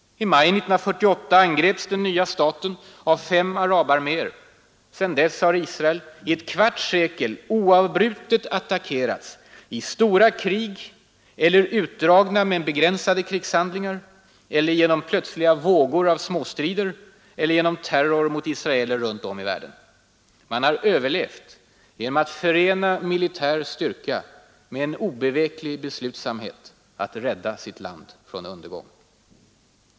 I maj 1948 angreps den nya staten av fem arabarméer. Sedan dess har Israel i ett kvarts sekel oavbrutet attackerats i stora krig eller utdragna men begränsade krigshandlingar eller genom plötsliga vågor av småstrider eller genom terror mot israeler runt om i världen. Man har överlevt genom att förena militär styrka med en obeveklig beslutsamhet att rädda sitt land från undergång.